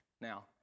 Now